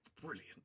brilliant